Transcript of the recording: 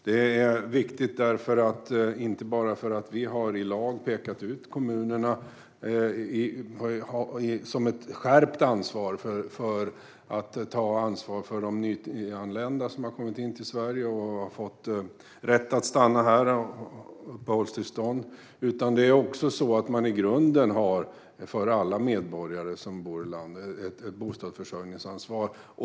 Det är viktigt inte bara för att vi i lag har pekat ut att kommunerna har ett skärpt ansvar för de nyanlända som kommit till Sverige och fått rätt att stanna här genom uppehållstillstånd utan också för att man har ett bostadsförsörjningsansvar för alla medborgare som bor i landet.